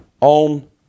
on